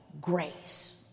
grace